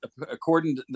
According